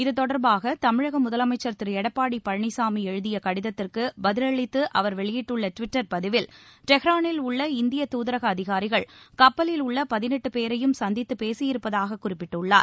இத்தொடர்பாக தமிழக முதலமைச்சர் திரு எடப்பாடி பழனிசாமி எழுதிய கடிதத்திற்கு பதிலளித்து அவர் வெளியிட்டுள்ள டுவிட்டர் பதிவில் டெஹ் ரானில் உள்ள இந்திய துதரக அதிகாரிகள் கப்பலில் உள்ள பதினெட்டு பேரையும் சந்தித்துப் பேசியிருப்பதாகக் குறிப்பிட்டுள்ளார்